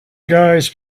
guys